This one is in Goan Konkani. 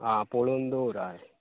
आं पळोवन दवर हय